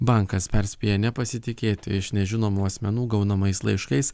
bankas perspėja nepasitikėti iš nežinomų asmenų gaunamais laiškais